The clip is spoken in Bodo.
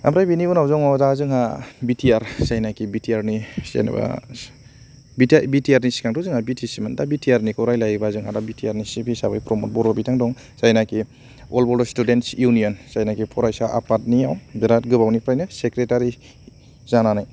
ओमफ्राय बिनि उनाव दङ दा जोंहा बि टि आर जायनाकि बि टि आरनि जेनेबा बिटिआरनि सिगांथ' जोंहा बिटिसिमोन दा बिटिआरनिखौ रायज्लायोबा दा जोंहा बिटिआरनि सिफ हिसाबै प्रमद बर' बिथां दं जायनाकि अल बड स्टुडेन्टस युनियन जायनाकि फरायसा आफादनियाव बिरात गोबावनिफ्रायनो सेक्रेटारि जानानै